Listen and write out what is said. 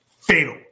fatal